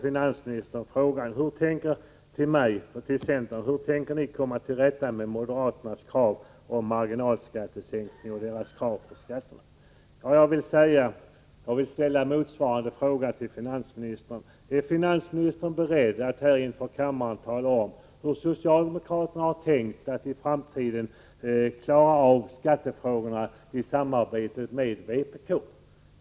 Finansministern ställde till mig och centern frågan: Hur tänker ni komma till rätta med moderaternas krav på marginalskattesänkningar och övriga krav när det gäller skatterna? Jag vill ställa motsvarande fråga till finansministern: Är finansministern beredd att här inför kammaren tala om hur socialdemokraterna har tänkt att i framtiden klara av skattefrågorna i samarbete med vpk?